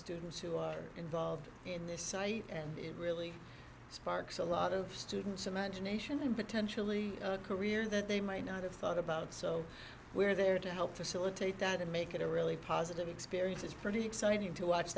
students who are involved in this site and it really sparks a lot of students imagination and potentially career that they might not have thought about so we're there to help facilitate that and make it a really positive experience it's pretty exciting to watch